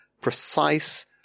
precise